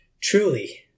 truly